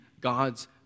God's